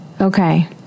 Okay